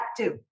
active